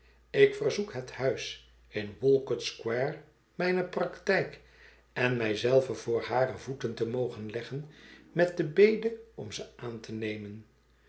ik verzoek het huis in walcotsquare mijne praktijk en mij zelven voor hare voeten te mogen leggen met de bede om ze aan te nemen